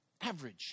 Average